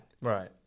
Right